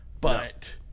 but-